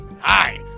Hi